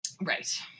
right